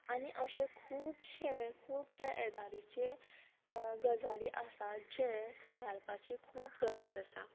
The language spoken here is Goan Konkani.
आनी अशे खुबशें खुबशें येरादारीचे गजाली आसा जे सुदारपाची खूब गरज आसा